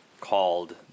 called